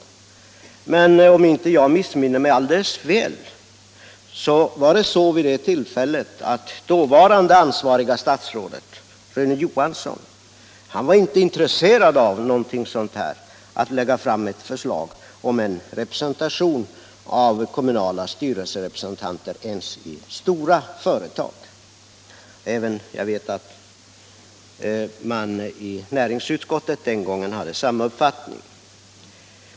Om jag inte missminner mig var det vid det tillfället så att det dåvarande ansvariga statsrådet, Rune Johansson, inte var intresserad av att lägga fram ett förslag om en kommunal representation ens i stora företag. Jag vet att näringsutskottet den gången hade samma uppfattning.